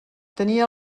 tenia